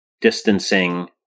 distancing